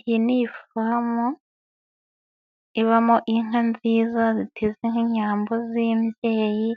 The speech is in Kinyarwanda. Iyi ni ifomu ibamo inka nziza ziteze nk'inyambo z'imbyeyi,